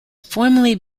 formerly